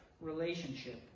relationship